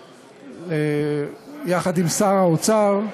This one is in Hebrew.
יחד עם שר האוצר,